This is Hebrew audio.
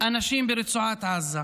לאנשים ברצועת עזה.